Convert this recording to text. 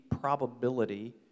probability